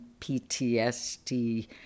PTSD